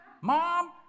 Mom